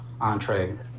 entree